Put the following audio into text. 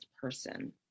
person